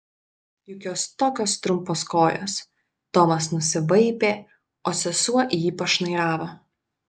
juk jos tokios trumpos kojos tomas nusivaipė o sesuo į jį pašnairavo